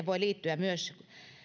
voi liittyä myös